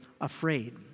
afraid